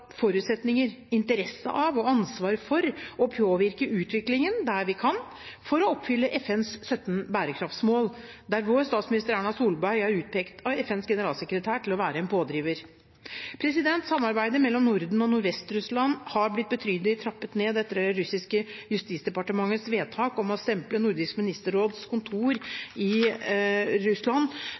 forutsetninger for, interesse av og ansvar for å påvirke utviklingen der vi kan, for å oppfylle FNs 17 bærekraftsmål – der vår statsminister, Erna Solberg, er utpekt av FNs generalsekretær til å være en pådriver. Samarbeidet mellom Norden og Nordvest-Russland har blitt betydelig trappet ned etter det russiske justisdepartementets vedtak i januar 2015 om å stemple Nordisk ministerråds kontor i Russland